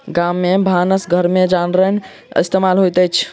गाम में भानस घर में जारैन इस्तेमाल होइत अछि